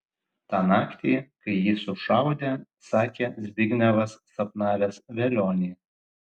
tą naktį kai jį sušaudė sakė zbignevas sapnavęs velionį